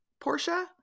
Portia